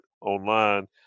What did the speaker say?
online